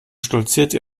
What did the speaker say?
stolzierte